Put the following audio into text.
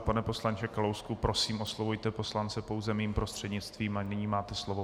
Pane poslanče Kalousku, prosím, oslovujte poslance pouze mým prostřednictvím, a nyní máte slovo.